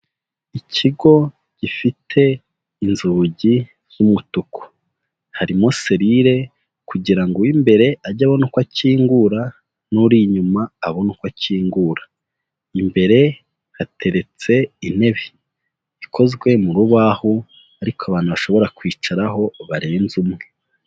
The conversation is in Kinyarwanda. Ikigo gifite inzugi z'umutuku, harimo selire kugira ngo uw'imbere ajye abona uko akingura, n'uri inyuma abone uko akingura, imbere hateretse intebe ikozwe mu rubaho, ariko abantu bashobora kwicaraho barenze umwe.